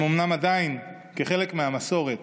כחלק מהמסורת